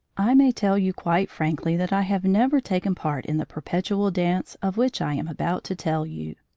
i may tell you quite frankly that i have never taken part in the perpetual dance of which i am about to tell you.